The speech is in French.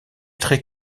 très